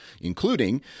including